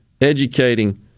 educating